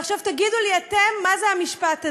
ועכשיו תגידו לי אתם מה זה המשפט הזה,